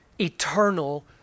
eternal